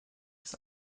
des